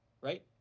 Right